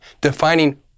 defining